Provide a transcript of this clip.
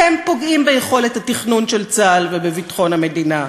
אתם פוגעים ביכולת התכנון של צה"ל ובביטחון המדינה,